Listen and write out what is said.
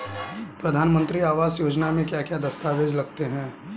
प्रधानमंत्री आवास योजना में क्या क्या दस्तावेज लगते हैं?